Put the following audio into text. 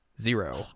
Zero